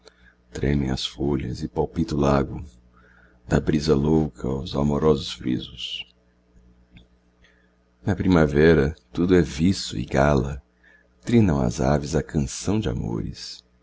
tremem as folhas e palpita o lago da brisa louca aos amorosos frisos na primavera tudo é viço e gala trinam as aves a canção de amores